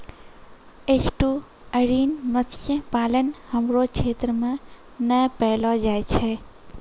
estuarine मत्स्य पालन हमरो क्षेत्र मे नै पैलो जाय छै